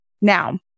Now